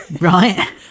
Right